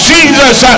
Jesus